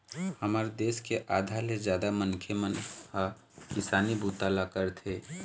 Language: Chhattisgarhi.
हमर देश के आधा ले जादा मनखे मन ह किसानी बूता ल करथे